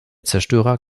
zerstörer